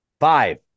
five